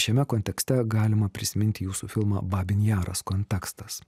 šiame kontekste galima prisiminti jūsų filmą babin jaras kontekstas